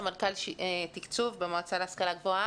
סמנכ"ל תקצוב במועצה להשכלה גבוהה.